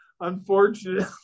unfortunately